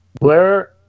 Blair